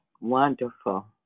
Wonderful